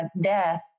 death